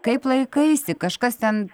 kaip laikaisi kažkas ten